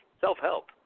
self-help